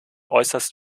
äußerst